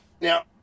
now